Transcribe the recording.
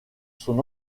son